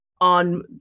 on